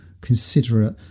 considerate